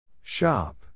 Shop